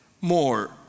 more